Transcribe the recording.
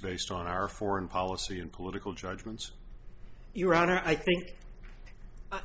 based on our foreign policy and political judgments your honor i think